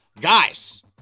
Guys